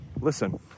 listen